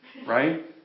Right